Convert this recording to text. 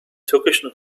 türkischen